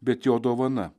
bet jo dovana